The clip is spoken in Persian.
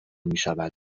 میشود